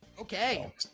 Okay